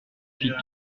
fit